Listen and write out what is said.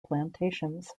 plantations